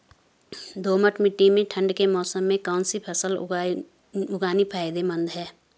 दोमट्ट मिट्टी में ठंड के मौसम में कौन सी फसल उगानी फायदेमंद है?